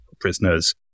prisoners